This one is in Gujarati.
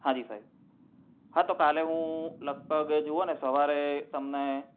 હા જી સાહેબ હા તો કાલે હું લગભગ જુઓને સવારે તમને